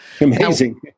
Amazing